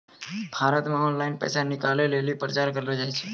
भारत मे ऑनलाइन पैसा निकालै लेली प्रचार करलो जाय छै